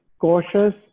cautious